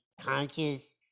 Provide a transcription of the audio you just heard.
conscious